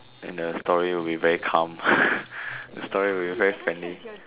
and the story would be very calm the story would be friendly